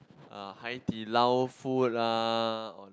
uh Hai-Di-Lao food lah